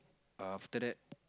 err after that